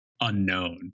unknown